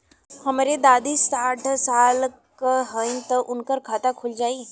हमरे दादी साढ़ साल क हइ त उनकर खाता खुल जाई?